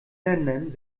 ländern